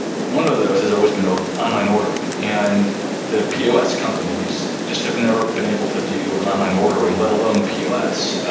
one of those is always been ah online ordering and the p o s. companies just have never been able to do online ordering, let alone p o s.